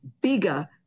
bigger